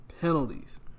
penalties